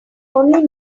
only